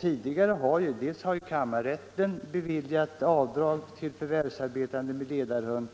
Tidigare har dock dels kammarrätten beviljat avdrag till förvärvsarbetande med ledarhund,